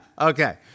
Okay